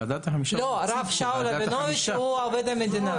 הרב שמואל רבינוביץ' הוא עובד מדינה.